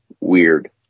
weird